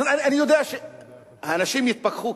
אני יודע שהאנשים יתפכחו,